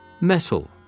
Metal